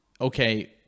okay